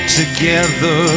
together